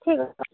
ଠିକ୍